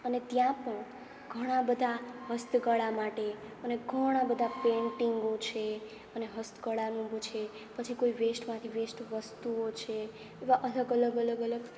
અને ત્યાં પણ ઘણા બધા હસ્તકળા માટે અને ઘણા બધા પેન્ટીન્ગો છે અને હસ્તકળાનું છે પછી કોઈ વેસ્ટમાંથી બેસ્ટ વસ્તુઓ છે એવા અલગ અલગ અલગ અલગ